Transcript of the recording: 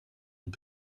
und